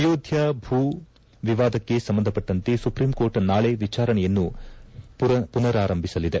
ಅಯೋಧ್ಡಾ ಭೂ ವಿವಾದಕ್ಕೆ ಸಂಬಂಧಪಟ್ಟಂತೆ ಸುಪ್ರೀಂಕೋರ್ಟ್ ನಾಳೆ ವಿಚಾರಣೆಯನ್ನು ಮನರಾರಂಭಿಸಲಿದೆ